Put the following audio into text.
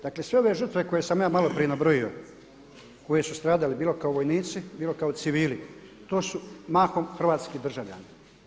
Dakle sve ove žrtve koje sam ja maloprije nabrojio koji su stradali bilo kao vojnici, bilo kao civili, to su mahom hrvatski državljani.